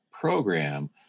program